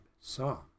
song